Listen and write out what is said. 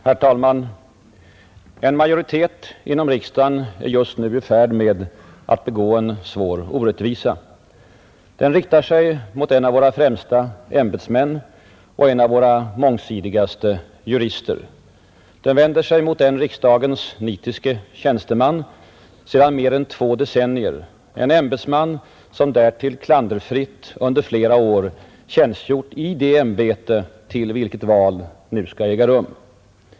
Herr talman! En majoritet inom riksdagen är just nu i färd med att begå en svår orättvisa. Den riktar sig mot en av våra främsta ämbetsmän och en av våra mångsidigaste jurister. Den vänder sig mot en riksdagens nitiske tjänsteman sedan mer än två decennier, en ämbetsman som därtill klanderfritt under flera år tjänstgjort i det ämbete, till vilket val nu skall äga rum.